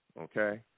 okay